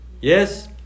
Yes